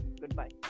goodbye